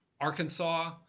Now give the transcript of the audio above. Arkansas